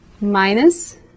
minus